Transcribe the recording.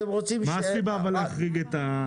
מה הסיבה להחריג?